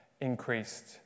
increased